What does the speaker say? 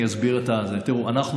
תראו,